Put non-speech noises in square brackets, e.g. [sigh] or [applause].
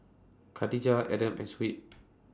Khatijah Adam and Shuib [noise]